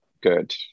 good